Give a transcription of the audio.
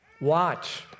Watch